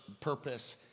purpose